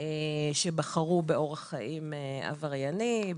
שבחרו באורח חיים עברייני.